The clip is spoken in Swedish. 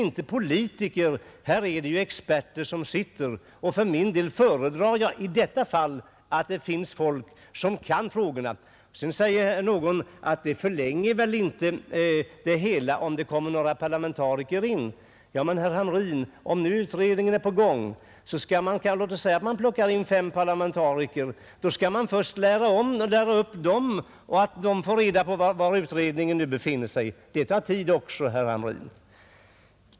Denna utredning består inte av parlamentariker utan av experter, och för min del föredrar jag i detta fall att det i utredningen sitter folk som kan frågorna. Någon sade att det väl inte skulle förlänga arbetet, om utredningen utökades med några parlamentariker. Men låt oss säga att vi plockar in fem parlamentariker i utredningen. Dessa skall då först läras upp och sättas in i utredningens arbete. Det tar också tid!